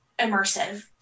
immersive